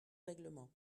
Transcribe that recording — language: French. règlement